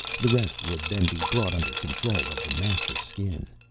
the rest would then be brought under control of the master skin.